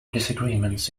disagreements